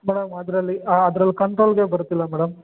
madam ಅದರಲ್ಲಿ ಅದ್ರಲ್ಲಿ ಕಂಟ್ರೋಲ್ಗೇ ಬರ್ತಿಲ್ಲ ಮೇಡಮ್